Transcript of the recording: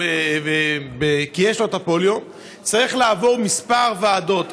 כי יש לו פוליו צריך לעבור כמה ועדות,